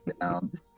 down